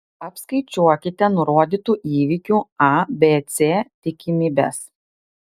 apskaičiuokite nurodytų įvykių a b c tikimybes